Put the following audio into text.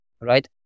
right